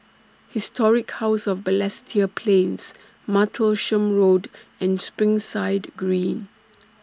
Historic House of Balestier Plains Martlesham Road and Springside Green